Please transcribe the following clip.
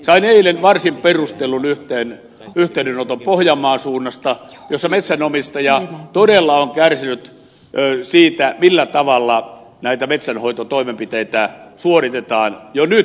sain eilen varsin perustellun yhteydenoton pohjanmaan suunnasta jossa metsänomistaja todella on kärsinyt siitä millä tavalla näitä metsänhoitotoimenpiteitä suoritetaan jo nyt